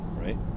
Right